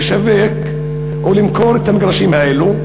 לשווק או למכור את המגרשים האלה,